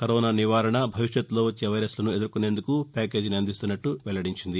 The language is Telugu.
కరోనా నివారణ భవిష్యత్తులో వచ్చే వైరస్లను ఎదుర్మోనేందుకు ప్యాకేజీని అందిస్తున్నట్లు వెల్లడించింది